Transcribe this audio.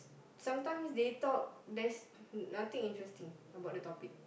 sometimes they talk there's nothing interesting about the topic